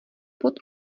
pod